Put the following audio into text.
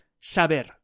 Saber